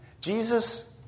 Jesus